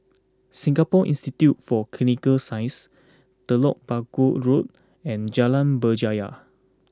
Singapore Institute for Clinical Sciences Telok Paku Road and Jalan Berjaya